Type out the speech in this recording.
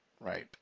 Right